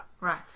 Right